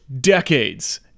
decades